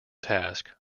task